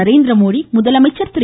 நரேந்திரமோடி முதலமைச்சர் திரு